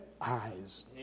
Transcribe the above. eyes